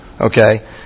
Okay